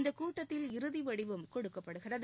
இந்த கூட்டத்தில் இறுதி வடிவம் கொடுக்கப்படுகிறது